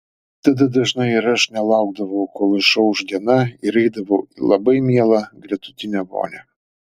tada dažnai ir aš nelaukdavau kol išauš diena ir eidavau į labai mielą gretutinę vonią